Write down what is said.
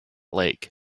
lake